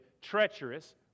treacherous